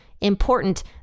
important